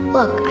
Look